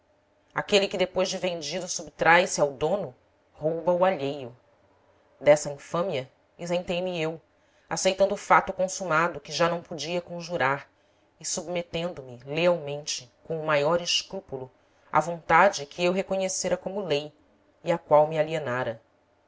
aquele que depois de vendido subtrai se ao dono rouba o alheio dessa infâmia isentei me eu aceitando o fato consumado que já não podia conjurar e submetendo me lealmente com o maior escrúpulo à vontade que eu reconhecera como lei e à qual me alienara